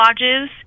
Lodges